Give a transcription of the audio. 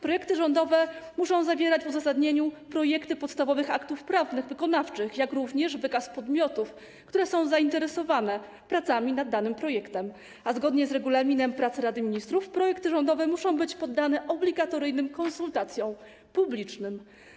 Projekty rządowe muszą zawierać w uzasadnieniu projekty podstawowych aktów prawnych wykonawczych, jak również wykaz podmiotów, które są zainteresowane pracami nad danym projektem, a zgodnie z Regulaminem pracy Rady Ministrów projekty rządowe muszą być poddane obligatoryjnym konsultacjom publicznym.